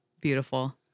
beautiful